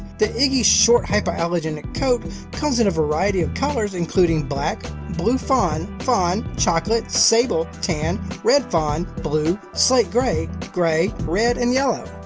the iggy's short hypoallergenic coat comes in a variety of colors including black, blue fawn, fawn, chocolate, sable, tan, red fawn, blue, slate grey, grey, red, and yellow.